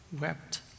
wept